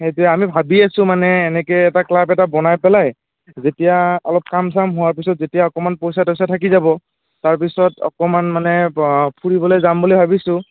সেই আমি ভাবি আছোঁ মানে এনেকে এটা ক্লাব এটা বনাই পেলাই যেতিয়া অলপ কাম চাম হোৱাৰ পিছত যেতিয়া অকণমান পইচা তইচা থাকি যাব তাৰপিছত অকণমান মানে ফুৰিবলৈ যাম বুলি ভাবিছোঁ